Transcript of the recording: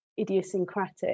idiosyncratic